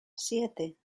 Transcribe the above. siete